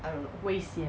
危险